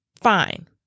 fine